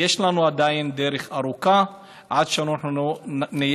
יש לנו עדיין דרך ארוכה עד שאנחנו נהיה